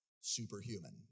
superhuman